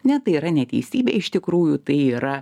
ne tai yra neteisybė iš tikrųjų tai yra